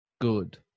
good